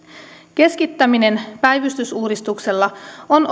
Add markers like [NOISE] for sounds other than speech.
keskittäminen päivystysuudistuksella on [UNINTELLIGIBLE]